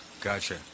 gotcha